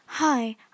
Hi